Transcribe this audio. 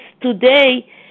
today